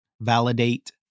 validate